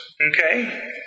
okay